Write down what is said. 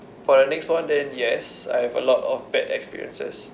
for the next one then yes I have a lot of bad experiences